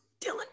Dylan